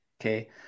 Okay